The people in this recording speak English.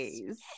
days